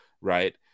right